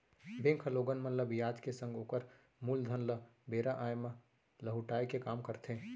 bank ह लोगन मन ल बियाज के संग ओकर मूलधन ल बेरा आय म लहुटाय के काम करथे